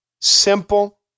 Simple